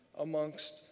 amongst